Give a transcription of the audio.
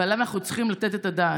ועליו אנחנו צריכים לתת את הדעת.